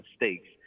mistakes